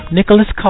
Nicholas